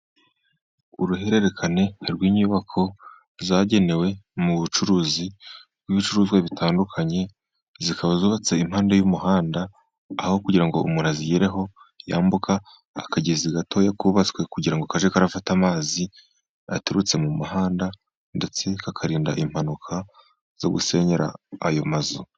Uruhererekane rw'inyubako zagenewe mu bucuruzi bw'ibicuruzwa bitandukanye, zikaba zubatse impande y'umuhanda, aho kugirango umura azigereho yambuka akagezi gato, kubabatswe kugira ngo kajye gafata amazi gaturutse mu muhanda, ndetse kakarinda impanuka zo gusenyera ayo mazu.